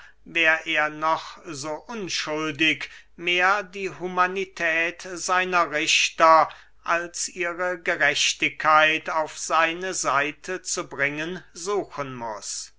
er noch so unschuldig mehr die humanität seiner richter als ihre gerechtigkeit auf seine seite zu bringen suchen muß